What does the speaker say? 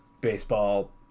baseball